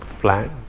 flat